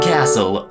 Castle